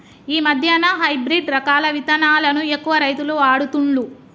ఈ మధ్యన హైబ్రిడ్ రకాల విత్తనాలను ఎక్కువ రైతులు వాడుతుండ్లు